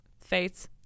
faith